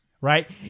Right